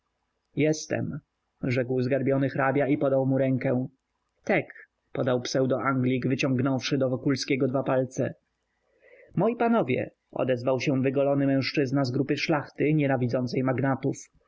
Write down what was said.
jestem rzekł zgarbiony hrabia i podał mu rękę tek podał pseudo-anglik wyciągnąwszy do wokulskiego dwa palce moi panowie odezwał się wygolony mężczyzna z grupy szlachty nienawidzącej magnatów